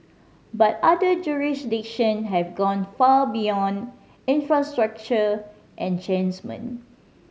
but other jurisdiction have gone far beyond infrastructure